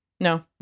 no